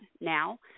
now